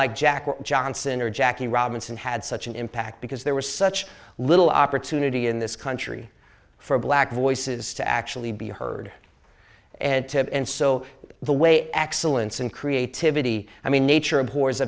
like jack johnson or jackie robinson had such an impact because there was such little opportunity in this country for black voices to actually be heard and to and so the way excellence and creativity i mean nature a